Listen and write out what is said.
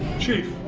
chief.